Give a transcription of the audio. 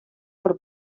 per